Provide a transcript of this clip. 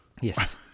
Yes